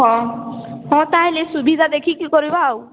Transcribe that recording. ହଁ ହଁ ତାହେଲେ ସୁବିଧା ଦେଖିକି କରିବା ଆଉ